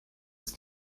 ist